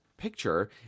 picture